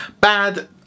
bad